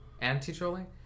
anti-trolling